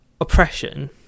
oppression